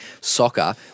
soccer